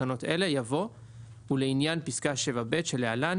תקנות אלה" יבוא "ולעניין פסקה (7) (ב) שלהלן